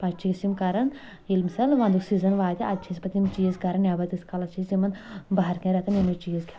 پتہٕ چھِ أسۍ یِم کران ییٚلہِ مِسال ونٛدُک سیٖزن واتہِ ادٕ چھِ پتہٕ أسۍ یِم چیٖز کران نٮ۪بر تیٖتس کالس چھِ أسۍ یِمن بہار کٮ۪ن رٮ۪تن یِمے چیٖز کھٮ۪وان